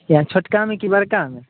अइ छोटकामे कि बड़कामे